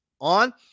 on